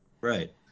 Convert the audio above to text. Right